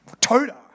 Toda